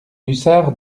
hussard